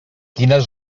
quines